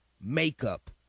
makeup